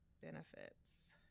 benefits